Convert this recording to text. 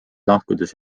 lahkudes